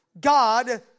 God